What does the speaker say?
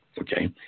okay